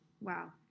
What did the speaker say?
wow